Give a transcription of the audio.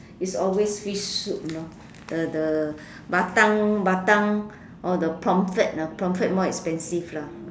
is always fish soup know the the batang batang or the pomfret ah pomfret more expensive lah